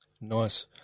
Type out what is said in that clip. nice